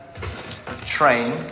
train